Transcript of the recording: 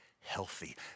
healthy